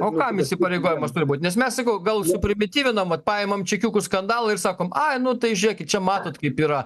o kam įpareigojimas turi būt nes mes sakau gal suprimityvinam vat paimam čekiukus skandalo ir sakom ai nu tai žiūrėkit čia matot kaip yra